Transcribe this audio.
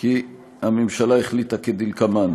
כי הממשלה החליטה כדלקמן: